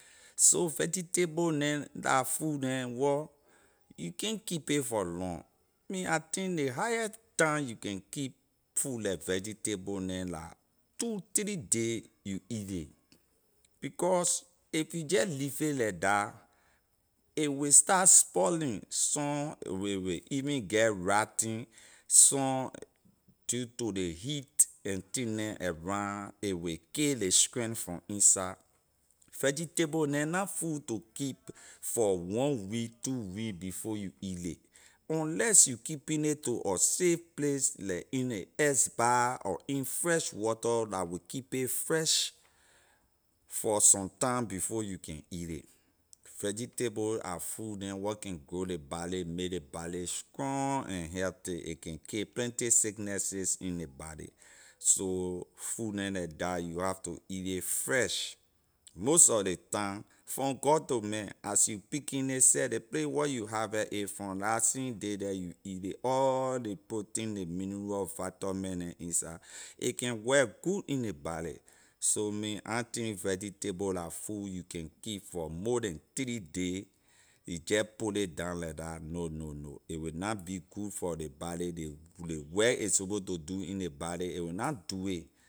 So vegetable neh la food neh wor you can’t keep it for long me I think ley highest time you can keep food like vegetable neh la two three day you eat ley because of you jeh leave a leh dah a will start spoiling some a will a will even get rotten some due to ley heat and thing neh around a wey kay ley strength from inside vegetable neh na food to keep for one week two week before you eat ley unless you keeping it to a safe place like in ley ice bah or in fresh water la wey keep it fresh for some time before you can eat ley vegetable are food neh where can grow ley body may ley body strong and healthy a can kay plenty sicknesses in ley body so food neh like dah you have to eat ley fresh most sor ley time from god to man as you picking it seh ley place where you harvest a from la same day the you eat ley all ley protein ley mineral vitamin neh inside a can work good in ley body so me I think vegetable la food you can keep for more than three day you jeh put ley down leh dah no no no a will na be good for ley body ley ley work a suppose to do in ley body a wey na do it.